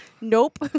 nope